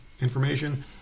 information